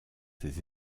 ces